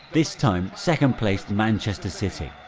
this time second-placed manchester city.